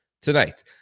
tonight